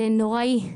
זה נוראי,